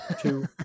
two